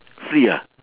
free ah